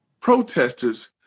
protesters